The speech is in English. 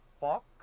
fuck